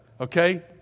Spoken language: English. Okay